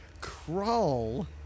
crawl